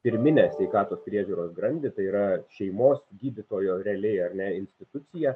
pirminę sveikatos priežiūros grandį tai yra šeimos gydytojo realiai ar ne institucija